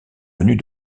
venus